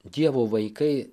dievo vaikai